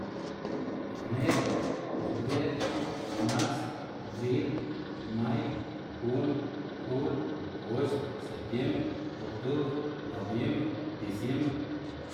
Ener, febrer, mars, bril, may, jun, jul, goxd, septiembr, oktubr, nobiembr, disiembr.